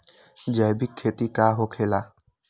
जैविक खेती का होखे ला?